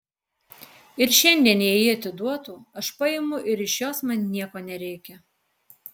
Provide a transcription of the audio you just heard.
ir šiandien jei ji atiduotų aš paimu ir iš jos man nieko nereikia